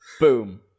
Boom